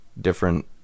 different